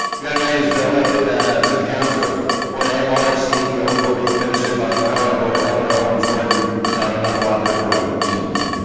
yeah man who's been elected to the council for an at-large seat. the oath will be administered by the honorable eleanor holmes norton. we are talking about robert white, jr.